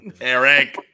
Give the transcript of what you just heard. Eric